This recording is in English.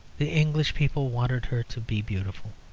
the english people wanted her to be beautiful.